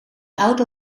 auto